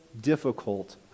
difficult